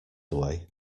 away